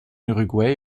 uruguay